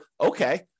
okay